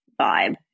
vibe